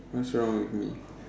what's wrong with me